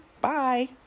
Bye